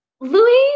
Louis